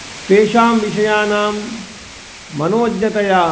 तेषां विषयाणां मनोज्ञतया